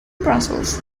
brussels